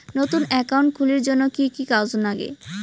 নতুন একাউন্ট খুলির জন্যে কি কি কাগজ নাগে?